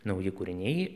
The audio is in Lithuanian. nauji kūriniai